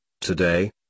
Today